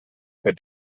per